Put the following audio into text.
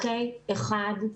אחד,